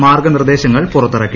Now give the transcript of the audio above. മാർഗ്ഗനിർദ്ദേശങ്ങൾ പുറത്തിറക്കി